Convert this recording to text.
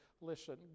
Listen